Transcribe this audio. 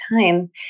time